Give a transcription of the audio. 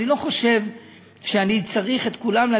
אני לא חושב שאני צריך להקריא את כולם.